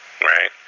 Right